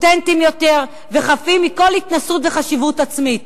אותנטיים יותר וחפים מכל התנשאות וחשיבות עצמית.